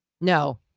No